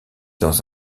dans